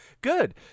Good